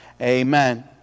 Amen